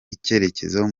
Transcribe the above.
icyitegererezo